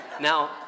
Now